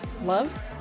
love